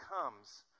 comes